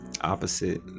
opposite